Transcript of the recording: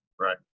Right